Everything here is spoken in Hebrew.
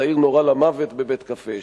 צעיר נורה למוות בבית-קפה,